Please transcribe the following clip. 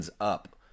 up